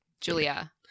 Julia